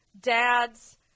dad's